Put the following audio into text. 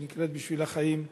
"בשביל החיים",